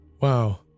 wow